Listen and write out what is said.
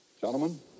Gentlemen